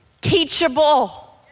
teachable